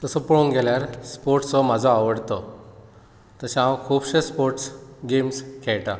तसो पळोवंक गेल्यार स्पोर्ट्स हो म्हजो आवडतो तशें हांव खुबशें स्पोर्ट्स गेम्स खेळटा